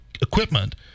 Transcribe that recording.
equipment